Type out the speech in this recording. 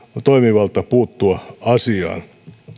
toimivalta puuttua asiaan